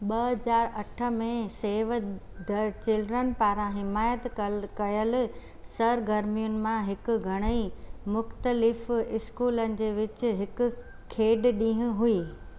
ॿ हज़ार अठ में सेव द चिल्ड्रन पारां हिमायत कल कयलु सरगर्मियुनि मां हिकु घणई मुख़्तलिफ़ु इस्कूलनि जे विच हिकु खेॾ ॾींंहुं हुई